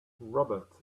robert